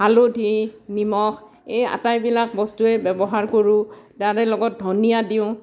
হালধি নিমখ এই আটাইবিলাক বস্তুৱে ব্যৱহাৰ কৰোঁ ইয়াৰে লগত ধনিয়া দিওঁ